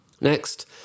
Next